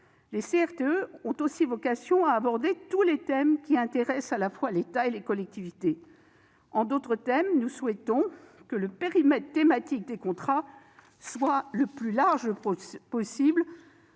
a aussi vocation à permettre d'aborder tous les thèmes qui intéressent à la fois l'État et les collectivités. En d'autres termes, nous souhaitons que le périmètre thématique de tels contrats soit le plus large possible